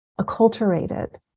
acculturated